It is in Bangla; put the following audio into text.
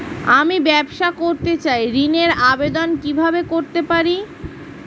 আমি ব্যবসা করতে চাই ঋণের আবেদন কিভাবে করতে পারি?